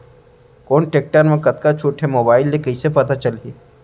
कोन टेकटर म कतका छूट हे, मोबाईल ले कइसे पता चलही?